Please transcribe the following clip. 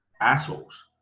assholes